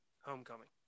Homecoming